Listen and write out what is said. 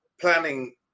planning